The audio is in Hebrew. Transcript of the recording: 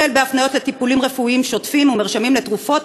החל בהפניות לטיפולים רפואיים שוטפים ומרשמים לתרופות